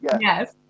Yes